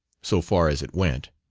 so far as it went.